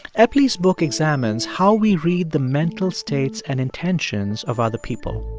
epley's book examines how we read the mental states and intentions of other people.